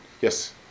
Yes